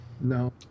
No